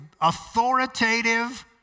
authoritative